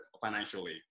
financially